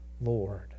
Lord